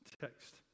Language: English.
text